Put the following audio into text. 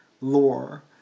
lore